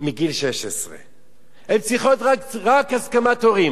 מגיל 16. הן צריכות רק הסכמת הורים.